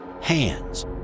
hands